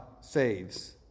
saves